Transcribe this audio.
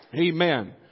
Amen